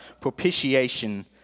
propitiation